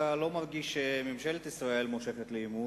דווקא לא מרגיש שממשלת ישראל מושכת לעימות,